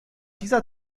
dieser